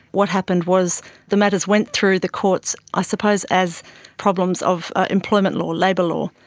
what happened was the matters went through the courts i suppose as problems of employment law, labour law,